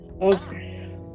Okay